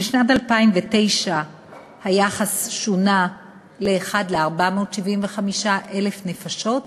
בשנת 2009 היחס שונה ל-1 ל-475,000 נפשות,